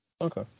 Okay